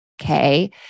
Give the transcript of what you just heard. Okay